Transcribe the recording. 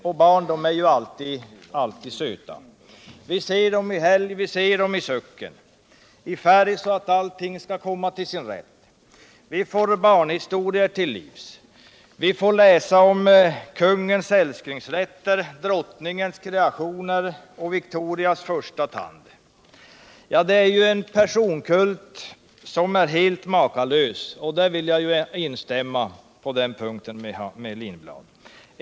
Och barn är ju alltid söta. Vi ser dem i helg, vi ser dem i söcken -— i färg så att allting skall komma till sin rätt. Vi får barnhistorier till livs. Vi får läsa om kungens älsklingsrätter, drottningens kreationer och Victorias första tand. Det är en personkult som är helt makalös — på den punkten vill jag instämma med Hans Lindblad.